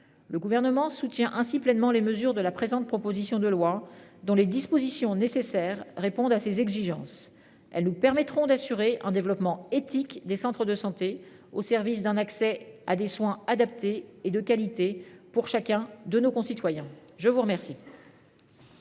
Le gouvernement soutient ainsi pleinement les mesures de la présente, proposition de loi dont les dispositions nécessaires répondent à ses exigences. Elles nous permettront d'assurer un développement éthique des centres de santé au service d'un accès à des soins adaptés et de qualité pour chacun de nos concitoyens. Je vous remercie.